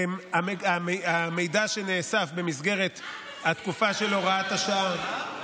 המידע שנאסף במסגרת התקופה של הוראת השעה,